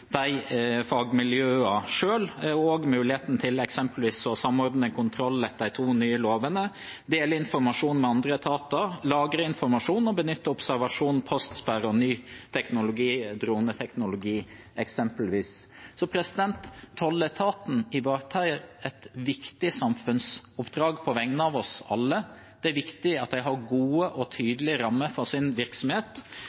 de fagmiljøene selv og muligheten til eksempelvis å samordne kontroll etter de to nye lovene, dele informasjon med andre etater, lagre informasjon og benytte observasjon, postsperre og ny teknologi som f.eks. droneteknologi. Tolletaten ivaretar et viktig samfunnsoppdrag på vegne av oss alle. Det er viktig at de har gode og